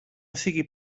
sigui